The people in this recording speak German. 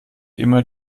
immer